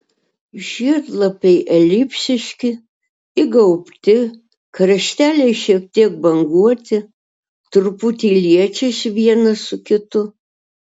žiedlapiai elipsiški įgaubti krašteliai šiek tiek banguoti truputį liečiasi vienas su kitu